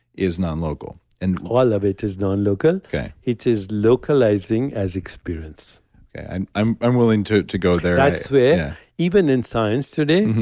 is nonlocal and all of it is non-local okay it is localizing as experience and okay. i'm willing to to go there that's where, even in science today,